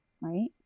Right